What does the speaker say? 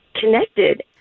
connected